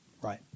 Right